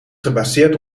gebaseerd